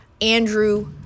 Andrew